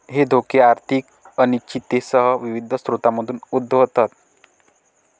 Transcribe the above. हे धोके आर्थिक अनिश्चिततेसह विविध स्रोतांमधून उद्भवतात